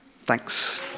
Thanks